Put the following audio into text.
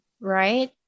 right